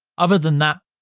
other than that,